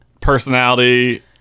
personality